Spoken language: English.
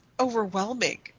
overwhelming